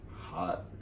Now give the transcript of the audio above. hot